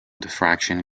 diffraction